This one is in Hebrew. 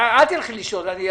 אל תלכי לשאול.